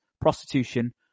prostitution